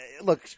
look